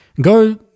Go